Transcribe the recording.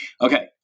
Okay